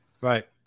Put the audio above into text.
Right